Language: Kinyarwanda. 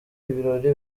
ibirori